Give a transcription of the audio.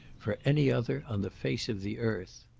for any other on the face of the earth.